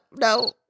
no